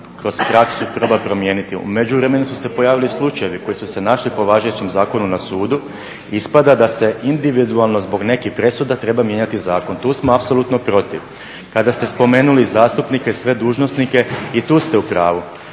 kroz praksu proba promijeniti. U međuvremenu su se pojavili slučajevi koji su se našli po važećem zakonu na sudu i ispada da se individualno zbog nekih presuda treba mijenjati zakon. Tu smo apsolutno protiv. Kada ste spomenuli zastupnike i sve dužnosnike i tu ste u pravu.